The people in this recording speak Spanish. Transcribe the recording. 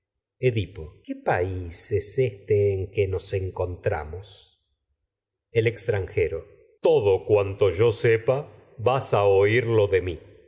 edipo el qué pais este en que encontramos a extranjero todo cuanto yo sepa vas oírlo de mi